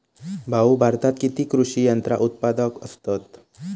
भाऊ, भारतात किती कृषी यंत्रा उत्पादक असतत